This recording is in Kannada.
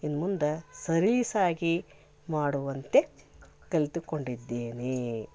ಇನ್ನು ಮುಂದೆ ಸಲೀಸಾಗಿ ಮಾಡುವಂತೆ ಕಲಿತುಕೊಂಡಿದ್ದೇನೆ